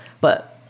but-